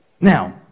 now